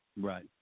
Right